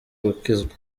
gukizwa